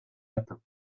latins